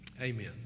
Amen